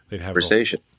conversation